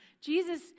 Jesus